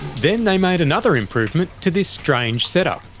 then they made another improvement to this strange setup.